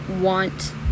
want